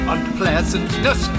Unpleasantness